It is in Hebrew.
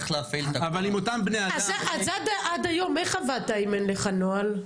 עד היום איך עבדת אם אין לך נוהל?